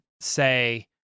say